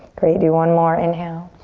great, do one more, inhale.